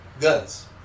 guns